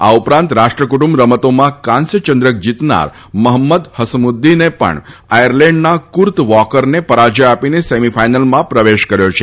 આ ઉપરાંત રાષ્ટ્ર કુટુંબ રમતોમાં કાંસ્ય ચંદ્રક જીતનાર મહંમદ હસમુદ્દીને પણ આયર્લેન્ડના કુર્ત વોકરને પરાજય આપીને સેમી ફાઈનલમાં પ્રવેશ કર્યો છે